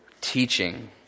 teaching